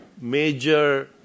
major